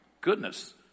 goodness